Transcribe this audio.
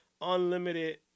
unlimited